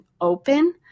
open